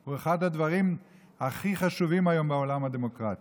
הוא אחד הדברים הכי חשובים היום בעולם הדמוקרטי.